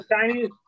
Chinese